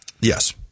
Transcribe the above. Yes